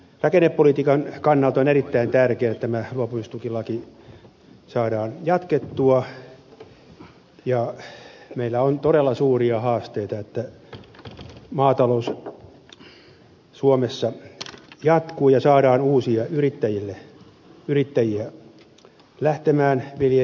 rakennepolitiikan kannalta on erittäin tärkeätä että tämä luopumistukilaki saadaan jatkettua ja meillä on todella suuria haasteita että maatalous suomessa jatkuu ja saadaan uusia yrittäjiä lähtemään viljelijöiksi